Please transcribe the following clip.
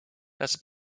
das